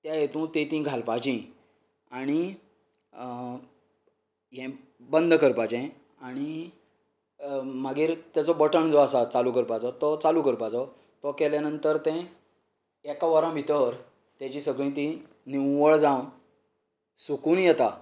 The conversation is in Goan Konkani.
त्या हेतून तीं तीं घालपाचीं आनी हें बंद करपाचें आनी मागीर ताजो बटन जो आसा चालू करपाचो तो चालू करपाचो तो केल्या नंतर तें एका वरान भितर तेजे सगलीं तीं निव्वळ जावन सुकून येता